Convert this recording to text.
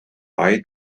eye